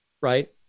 right